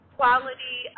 quality